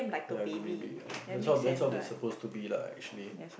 ya good baby ah that's all that's all they're supposed to be lah actually